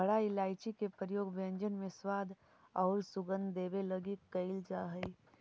बड़ा इलायची के प्रयोग व्यंजन में स्वाद औउर सुगंध देवे लगी कैइल जा हई